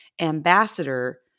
ambassador